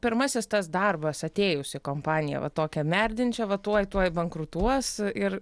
pirmasis darbas atėjus į kompaniją va tokią merdinčią va tuoj tuoj bankrutuos ir